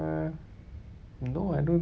uh no I don't